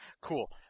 Cool